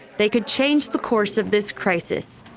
they could change the course of this crisis.